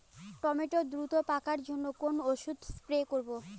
Tomato দ্রুত পাকার জন্য কোন ওষুধ স্প্রে করব?